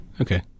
Okay